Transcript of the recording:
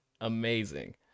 amazing